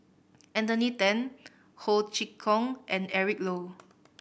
Anthony Then Ho Chee Kong and Eric Low